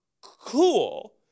cool